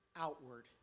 outward